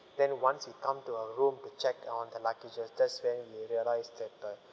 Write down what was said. then once we come to our room to check on the luggages that's when we realise that the